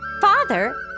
Father